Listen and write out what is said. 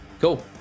cool